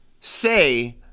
say